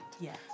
yes